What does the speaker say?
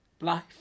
Life